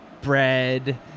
bread